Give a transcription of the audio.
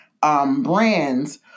brands